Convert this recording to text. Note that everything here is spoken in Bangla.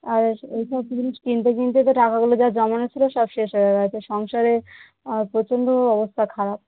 আর এই সব জিনিস কিনতে কিনতে তো টাকাগুলো যা জমানো ছিলো সব শেষ হয়ে গেছে সংসারে প্রচণ্ড অবস্থা খারাপ